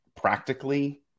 Practically